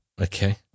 Okay